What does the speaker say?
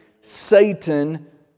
Satan